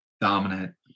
dominant